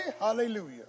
hallelujah